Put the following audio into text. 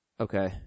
Okay